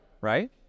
right